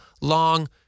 long